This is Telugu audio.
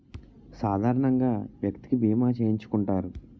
సాధారణంగా వ్యక్తికి బీమా చేయించుకుంటారు